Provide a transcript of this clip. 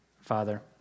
Father